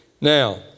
Now